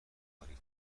تاریک